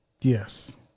Yes